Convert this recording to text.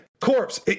corpse